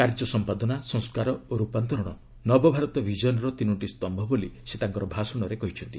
କାର୍ଯ୍ୟ ସମ୍ପାଦନା ସଂସ୍କାର ଓ ରୂପାନ୍ତରଣ ନବଭାରତ ବିଜନ୍ର ତିନୋଟି ସ୍ତମ୍ଭ ବୋଲି ସେ ତାଙ୍କର ଭାଷଣରେ କହିଛନ୍ତି